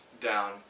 down